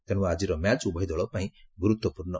ତେଣୁ ଆଜିର ମ୍ୟାଚ୍ ଉଭୟ ଦଳ ପାଇଁ ଗୁରୁତ୍ୱପୂର୍ଣ୍ଣ